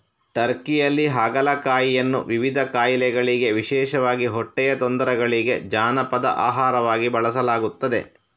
ಟರ್ಕಿಯಲ್ಲಿ ಹಾಗಲಕಾಯಿಯನ್ನು ವಿವಿಧ ಕಾಯಿಲೆಗಳಿಗೆ ವಿಶೇಷವಾಗಿ ಹೊಟ್ಟೆಯ ತೊಂದರೆಗಳಿಗೆ ಜಾನಪದ ಆಹಾರವಾಗಿ ಬಳಸಲಾಗುತ್ತದೆ